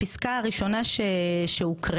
הפסקה הראשונה שהוקראה,